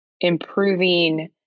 improving